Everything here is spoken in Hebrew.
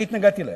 אני התנגדתי להן.